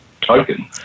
token